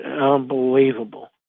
unbelievable